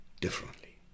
differently